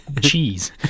cheese